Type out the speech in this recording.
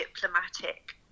diplomatic